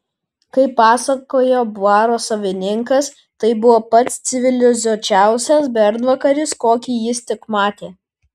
kaip pasakojo baro savininkas tai buvo pats civilizuočiausias bernvakaris kokį jis tik matė